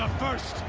ah first.